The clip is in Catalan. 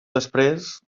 després